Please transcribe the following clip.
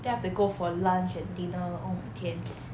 then I have go for lunch and dinner oh my 天